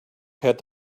had